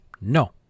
No